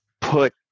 put